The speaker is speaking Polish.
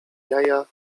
jaja